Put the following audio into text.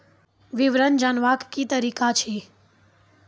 विवरण जानवाक की तरीका अछि?